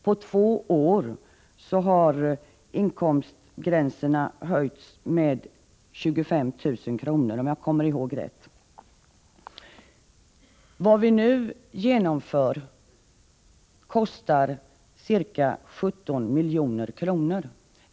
På två år har inkomstgränserna höjts med 25 000 kr., om jag minns rätt. Vad vi nu genomför kostar ca 17 milj.kr.